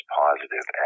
positive